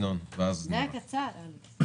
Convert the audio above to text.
בבקשה.